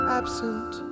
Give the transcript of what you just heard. absent